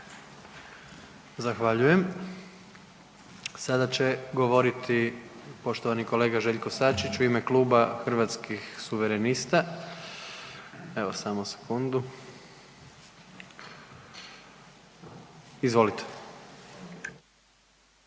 Zahvaljujem. Sada će govoriti poštovani kolega Željko Sačić u ime Kluba Hrvatskih suverenista. Evo, samo sekundu. Izvolite.